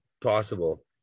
possible